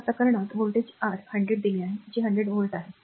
तर या प्रकरणात व्होल्टेज r 100 दिले आहे जे 100 व्होल्ट आहे